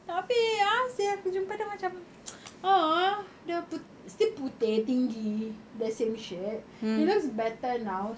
tapi a'ah seh aku jumpa dia macam !aww! dia still putih tinggi the same shit he looks better now